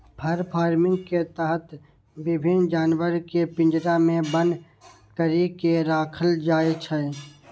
फर farming के तहत विभिन्न जानवर कें पिंजरा मे बन्न करि के राखल जाइ छै